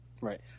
Right